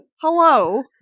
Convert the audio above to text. Hello